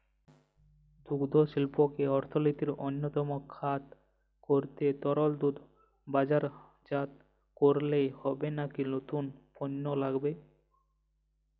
দুগ্ধশিল্পকে অর্থনীতির অন্যতম খাত করতে তরল দুধ বাজারজাত করলেই হবে নাকি নতুন পণ্য লাগবে?